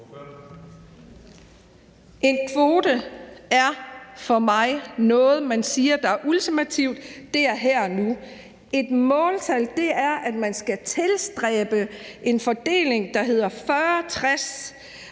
En kvote er for mig noget, man siger er ultimativt; det er her og nu. Et måltal er, at man skal tilstræbe en fordeling, der hedder 40-60.